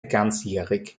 ganzjährig